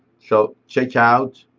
so checkout,